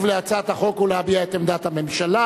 על הצעת החוק ולהביע את עמדת הממשלה.